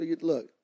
look